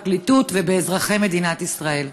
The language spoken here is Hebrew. בפרקליטות ובאזרחי מדינת ישראל.